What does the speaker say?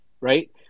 right